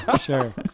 sure